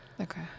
Okay